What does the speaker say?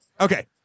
Okay